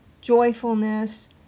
joyfulness